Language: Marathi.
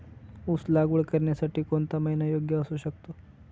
ऊस लागवड करण्यासाठी कोणता महिना योग्य असू शकतो?